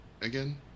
again